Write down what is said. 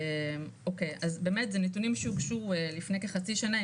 אוקיי אז זה נתונים שבאמת הוגשו לפני כחצי שנה,